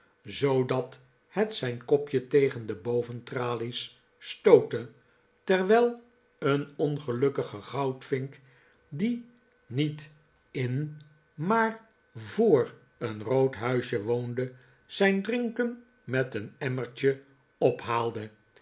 zoodat het zijn kopje tegen de boventralies stootte terwijl een ongelukkige goudvink die niet in maar voor een rood huisje woonde zijn drinken met een emmertje ophaalde